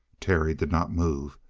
terry did not move,